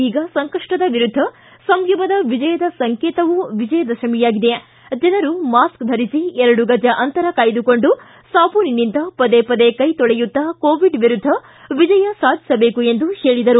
ಈಗ ಸಂಕಷ್ಟದ ವಿರುದ್ದ ಸಂಯಮದ ವಿಜಯದ ಸಂಕೇತವೂ ವಿಜಯದಶಮಿಯಾಗಿದೆ ಜನರು ಮಾಸ್ಕ್ ಧರಿಸಿ ಎರಡು ಗಜ ಅಂತರ ಕಾಯ್ಲುಕೊಂಡು ಸಾಬೂನಿನಿಂದ ಪದೇ ಪದೇ ಕೈ ತೊಳೆಯುತ್ತಾ ಕೋವಿಡ್ ವಿರುದ್ದ ವಿಜಯ ಸಾಧಿಸಬೇಕು ಎಂದರು